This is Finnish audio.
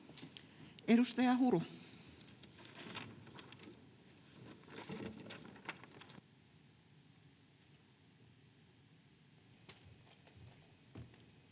Edustaja Huru.